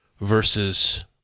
versus